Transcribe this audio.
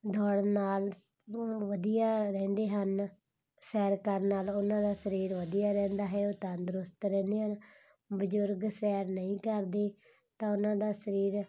ਦੌੜਨ ਨਾਲ ਸ ਦੌੜਨ ਵਧੀਆ ਰਹਿੰਦੇ ਹਨ ਸੈਰ ਕਰਨ ਨਾਲ ਉਹਨਾਂ ਦਾ ਸਰੀਰ ਵਧੀਆ ਰਹਿੰਦਾ ਹੈ ਉਹ ਤੰਦਰੁਸਤ ਰਹਿੰਦੇ ਹਨ ਬਜ਼ੁਰਗ ਸੈਰ ਨਹੀਂ ਕਰਦੇ ਤਾਂ ਉਹਨਾਂ ਦਾ ਸਰੀਰ